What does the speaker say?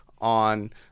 on